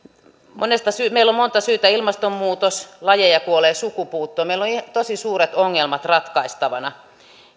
meillä on monta syytä ilmastonmuutos lajeja kuolee sukupuuttoon meillä on tosi suuret ongelmat ratkaistavana